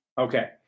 Okay